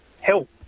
help